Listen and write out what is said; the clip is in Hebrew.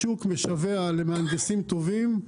השוק משווע למהנדסים טובים,